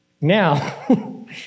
now